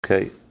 Okay